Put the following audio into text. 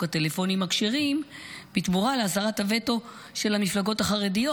הטלפונים הכשרים בתמורה להסרת הווטו של המפלגות החרדיות